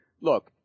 Look